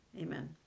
amen